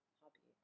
hobby